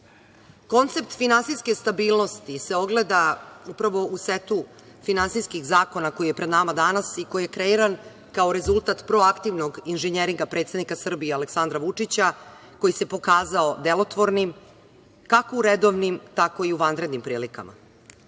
Koncept finansijske stabilnosti se ogleda upravo u setu finansijskih zakona koji je pred nama danas i koji je kreiran kao rezultat proaktivnog inženjeringa predsednika Srbije Aleksandra Vučića, koji se pokazao delotvornim kako u redovnim, tako i u vanrednim prilikama. Đilasu